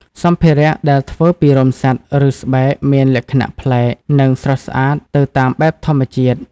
សម្ភារៈដែលធ្វើពីរោមសត្វ ឬស្បែកមានលក្ខណៈប្លែក និងស្រស់ស្អាតទៅតាមបែបធម្មជាតិ។